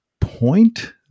point